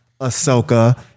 Ahsoka